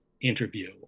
interview